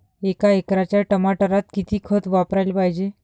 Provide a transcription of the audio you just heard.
एका एकराच्या टमाटरात किती खत वापराले पायजे?